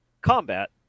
combat